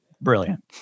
brilliant